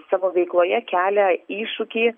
savo veikloje kelia iššūkį